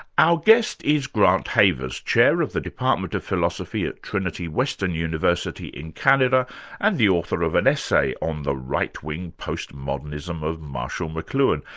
our guest is grant havers, chair of the department of philosophy at trinity western university in canada and the author of an essay on the right-wing postmodernism of marshall mcluhan.